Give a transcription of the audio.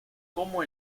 como